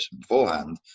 beforehand